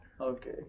Okay